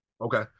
Okay